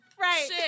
Right